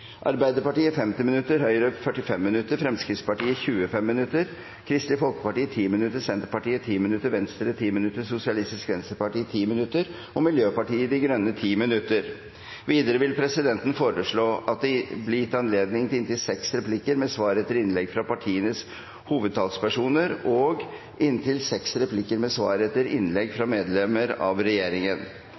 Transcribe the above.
Arbeiderpartiet 50 minutter, Høyre 45 minutter, Fremskrittspartiet 25 minutter, Kristelig Folkeparti 10 minutter, Senterpartiet 10 minutter, Venstre 10 minutter, Sosialistisk Venstreparti 10 minutter og Miljøpartiet De Grønne 10 minutter. Videre vil presidenten foreslå at det blir gitt anledning til inntil seks replikker med svar etter innlegg fra partienes hovedtalspersoner og inntil seks replikker med svar etter innlegg fra medlemmer av regjeringen.